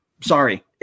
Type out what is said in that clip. Sorry